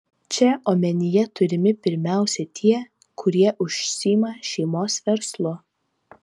čia omenyje turimi pirmiausia tie kurie užsiima šeimos verslu